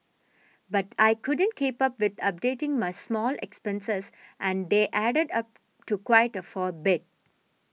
but I couldn't keep up with updating my small expenses and they added up to quite a fall bit